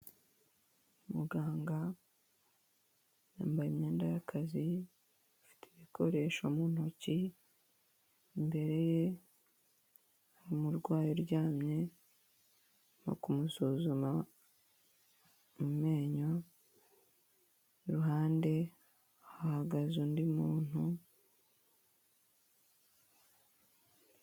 Muganga yambaye imyenda y'akazi, afite ibikoresho mu ntoki, imbere ye hari umurwayi uryamye bari kumusuzuma amenyo, iruhande hahagaze undi muntu.